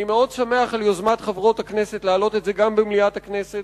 אני מאוד שמח על יוזמת חברות הכנסת להעלות את זה גם במליאת הכנסת,